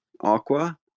aqua